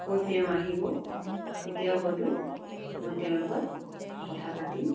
আকৌ তেওঁ আহিব তেতিয়াও হয়টো মই তেওঁৰ লগত কথা পাতিম